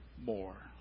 more